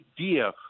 idea